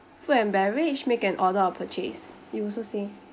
food and beverage make an order or purchase you also say